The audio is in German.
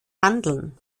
handeln